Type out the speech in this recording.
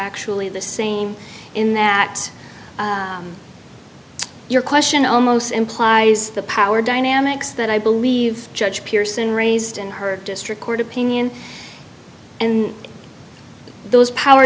actually the same in that your question almost implies the power dynamics that i believe judge pearson raised in her district court opinion and those power